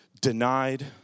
denied